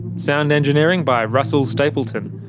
sound engineering by russell stapleton.